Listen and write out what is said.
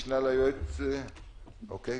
אוקיי.